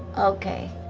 okay.